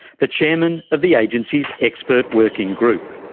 the chairman of the agency's expert working group.